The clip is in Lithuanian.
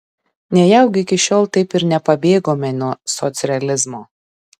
nejaugi iki šiol taip ir nepabėgome nuo socrealizmo